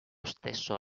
stesso